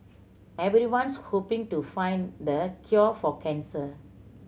everyone's hoping to find the cure for cancer